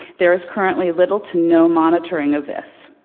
there is currently little to no monitoring of this.